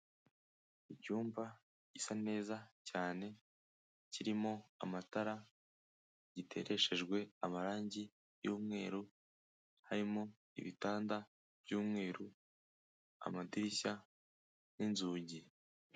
Icyumba gisa neza cyane, kirimo amatara, gitereshejwe amarangi y'umweru, harimo ibitanda by'umweru, amadirishya n'inzugi.